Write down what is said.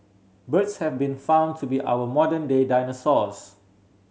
birds have been found to be our modern day dinosaurs